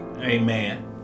Amen